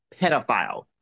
pedophile